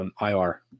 IR